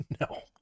no